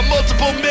multiple